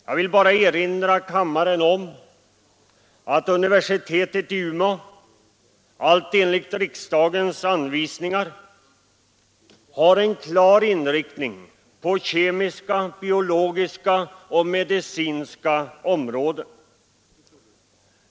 Jag vill bara erinra kammaren om att universitetet i Umeå enligt riksdagens anvisningar har en klar inriktning på de kemiska, de biologiska och de medicinska områdena.